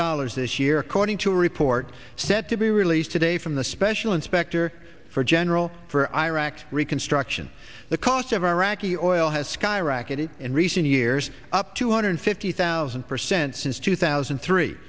dollars this year according to a report set to be released today from the special inspector general for iraq reconstruction the cost of iraqi oil has skyrocketed in recent years up two hundred fifty thousand percent since two thousand and three